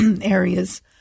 areas